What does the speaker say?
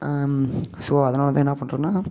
so அதனால் தான் என்னா பண்ணுறதுன்னா